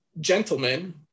gentlemen